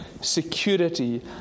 security